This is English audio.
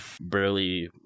barely